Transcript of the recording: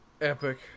Epic